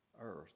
earth